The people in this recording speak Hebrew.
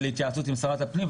ולהתייעצות עם שרת הפנים,